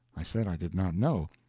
i said i did not know,